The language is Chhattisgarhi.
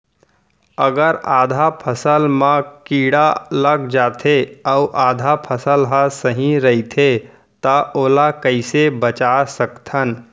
अगर आधा फसल म कीड़ा लग जाथे अऊ आधा फसल ह सही रइथे त ओला कइसे बचा सकथन?